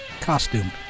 Costume